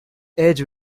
aged